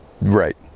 Right